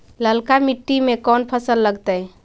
ललका मट्टी में कोन फ़सल लगतै?